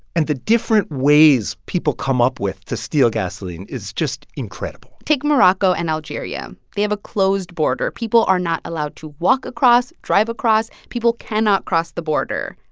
and the different ways people come up with to steal gasoline is just incredible take morocco and algeria. they have a closed border. people are not allowed to walk across, drive across. people cannot cross the border.